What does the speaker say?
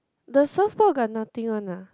the surf board got nothing on ah